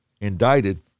indicted